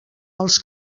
els